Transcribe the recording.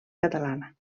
catalana